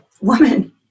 Woman